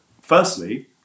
firstly